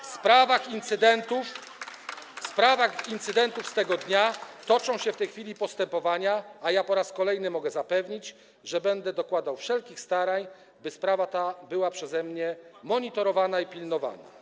W sprawach incydentów z tego dnia toczą się w tej chwili postępowania, a ja po raz kolejny mogę zapewnić, że będę dokładał wszelkich starań, by sprawa ta była przeze mnie monitorowana i pilnowana.